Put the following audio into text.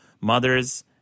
mothers